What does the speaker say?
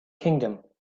kingdom